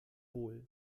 wohl